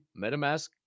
metamask